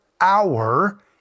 hour